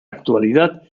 actualidad